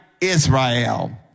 Israel